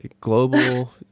global